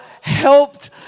helped